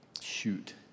Shoot